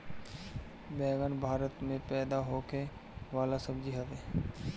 बैगन भारत में पैदा होखे वाला सब्जी हवे